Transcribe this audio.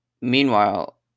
Meanwhile